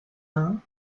ans